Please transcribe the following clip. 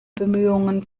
bemühungen